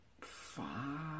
Five